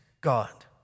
God